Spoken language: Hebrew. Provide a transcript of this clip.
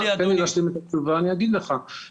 בבקשה, אדוני.